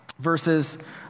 verses